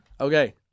Okay